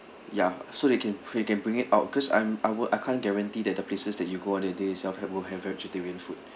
ya so you can you can bring it out cause I'm I wor~ I can't guarantee that the places that you go on that day itself have will have vegetarian food